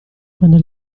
quando